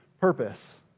purpose